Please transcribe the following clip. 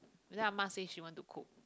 and then Ah Ma says she want to cook